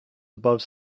above